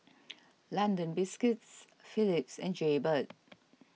London Biscuits Phillips and Jaybird